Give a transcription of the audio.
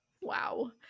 Wow